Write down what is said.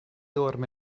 orme